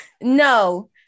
no